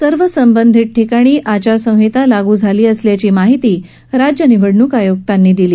सर्व संबंधित ठिकाणी आचारसंहिता लागू झाली असल्याची माहिती राज्य निवडणूक आयुक्तांनी दिली